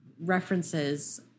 references